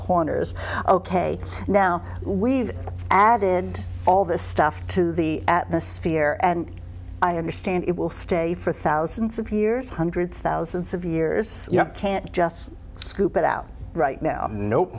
corners ok now we've added all this stuff to the atmosphere and i understand it will stay for thousands of years hundreds thousands of years you can't just scoop it out right now no